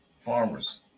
farmers